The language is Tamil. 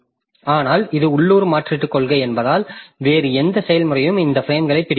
ஆனால் இது உள்ளூர் மாற்றுக் கொள்கை என்பதால் வேறு எந்த செயல்முறையும் இந்த பிரேம்களைப் பிடிக்க முடியாது